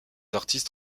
artistes